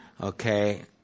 Okay